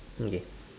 okay